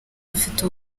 bafite